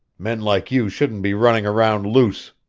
men like you shouldn't be running around loose!